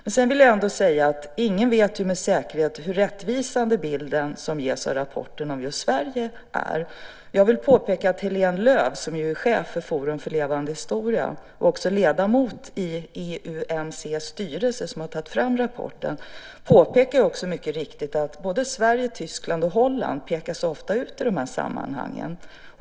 Jag vill ändå säga att ingen med säkerhet vet hur rättvisande just den bild som ges av Sverige är i rapporten. Helene Lööw, som är chef för Forum för levande historia och också ledamot i styrelsen för EUMC som har tagit fram rapporten, påpekar mycket riktigt att Sverige, Tyskland och Holland ofta pekas ut i de här sammanhangen.